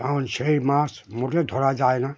কারণ সেই মাছ মোটে ধরা যায় না